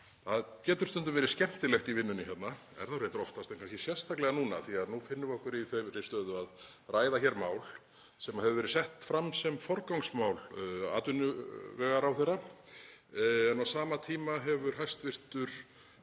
Það getur stundum verið skemmtilegt í vinnunni hérna, er það reyndar oftast, en kannski sérstaklega núna af því að nú finnum við okkur í þeirri stöðu að ræða hér mál sem hefur verið sett fram sem forgangsmál atvinnuvegaráðherra en á sama tíma hefur hæstv.